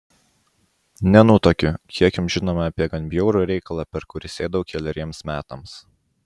nenutuokiu kiek jums žinoma apie gan bjaurų reikalą per kurį sėdau keleriems metams